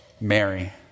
Mary